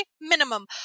minimum